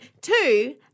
Two